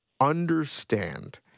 understand